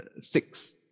six